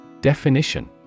Definition